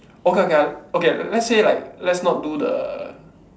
okay okay okay let's say like let's not do the